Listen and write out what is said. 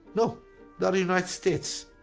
no they're in united states,